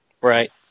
Right